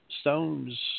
stones